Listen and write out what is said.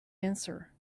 answer